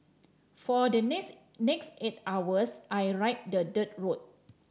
for the next next eight hours I ride the dirt road